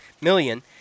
million